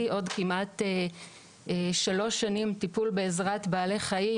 עוד כמעט שלוש שנים טיפול בעזרת בעלי חיים,